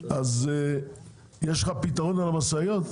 אז יש לך פתרון למשאיות?